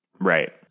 Right